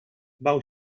bał